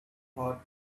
thought